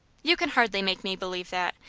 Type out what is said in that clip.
you can hardly make me believe that.